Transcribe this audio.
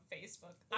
Facebook